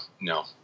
no